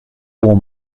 ore